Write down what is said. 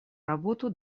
работу